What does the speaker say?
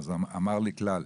הוא אמר לי כלל: